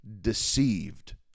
deceived